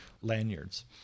lanyards